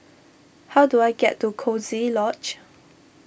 how do I get to Coziee Lodge